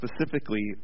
specifically